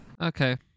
Okay